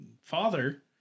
father